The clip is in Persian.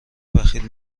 بخیل